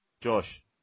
Josh